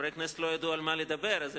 וחברי כנסת כבר לא ידעו על מה לדבר ואז